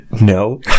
no